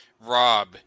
Rob